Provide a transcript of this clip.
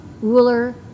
ruler